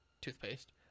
toothpaste